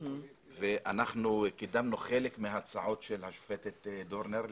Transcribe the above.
אנחנו קידמנו חלק מההצעות של השופטת דורנר.